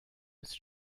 ist